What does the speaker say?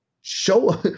Show